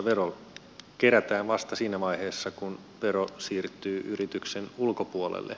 vero kerätään vasta siinä vaiheessa kun voitto siirtyy yrityksen ulkopuolelle